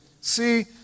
See